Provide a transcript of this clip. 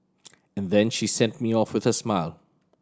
and then she sent me off with a smile